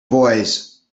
boys